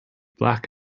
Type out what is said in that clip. black